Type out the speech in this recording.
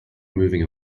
moving